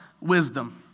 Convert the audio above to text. wisdom